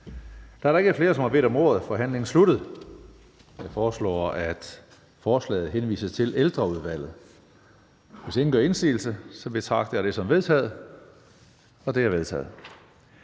Da der ikke er flere, der har bedt om ordet, er forhandlingen sluttet. Jeg foreslår, at forslaget til folketingsbeslutning henvises til Ældreudvalget. Hvis ingen gør indsigelse, betragter jeg det som vedtaget. Det er vedtaget.